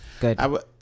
good